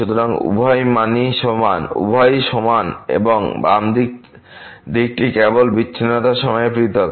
সুতরাং উভয়ই সমান এবং বাম দিকটি কেবল বিচ্ছিন্নতার সময়ে পৃথক